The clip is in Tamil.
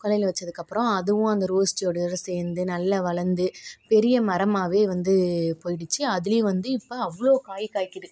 கொல்லையில் வச்சதுக்கப்புறம் அதுவும் அந்த ரோஸ் செடியோட சேர்ந்து நல்லா வளர்ந்து பெரிய மரமாகவே வந்து போயிடுச்சு அதுலையும் வந்து இப்போ அவ்வளோ காய் காய்க்கிது